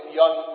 young